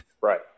right